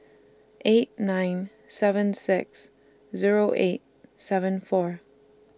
eight nine seven six Zero eight seven four